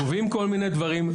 קובעים כל מיני דברים,